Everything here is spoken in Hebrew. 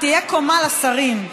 תהיה קומה לשרים,